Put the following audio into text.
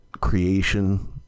creation